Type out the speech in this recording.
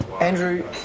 Andrew